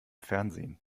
fernsehen